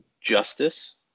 justice